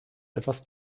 etwas